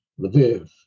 Lviv